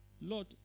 Lord